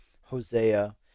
Hosea